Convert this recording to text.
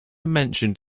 mentioned